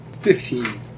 Fifteen